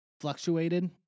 fluctuated